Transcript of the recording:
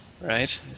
right